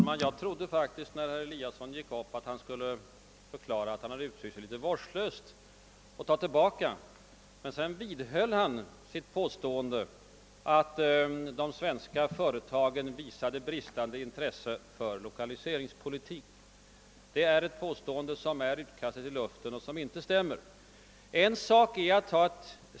Herr talman! När herr Eliasson i Sundborn gick upp i talarstolen trodde jag faktiskt att han skulle förklara, att han hade uttryckt sig vårdslöst och vara beredd att ta tillbaka. Men han vidhöll sitt påstående, att de svenska företagen visade bristande intresse för lokaliseringspolitik. Det är ett påstående som är utkastat i luften och som inte stämmer med verkligheten.